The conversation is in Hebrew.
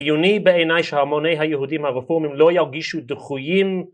חיוני בעיניי שהמוני היהודים הרפורמיים לא ירגישו דחויים